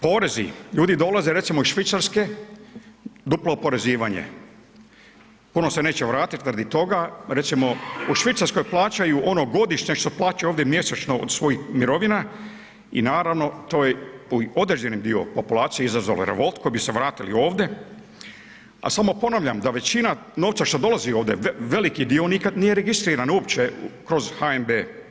Porezi, ljudi dolaze recimo iz Švicarske, duplo oporezivanje, puno se neće vratit radi toga, recimo u Švicarskoj plaćaju ono godišnje što plaćaju ovdje mjesečno od svojih mirovina i naravno to je u određeni dio populacije izazvalo revolt koji bi se vratili ovde, a samo ponavljam da većina novca što dolazi ovde, veliki dio nikad nije registriran uopće kroz HNB.